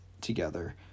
together